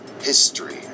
History